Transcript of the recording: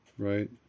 right